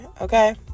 okay